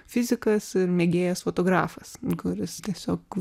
fizikas ir mėgėjas fotografas kuris tiesiog